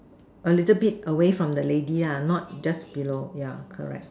a little bit away from the lady not just below yeah correct